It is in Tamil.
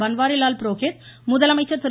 பன்வாரிலால் புரோகித் முதலமைச்சர் திரு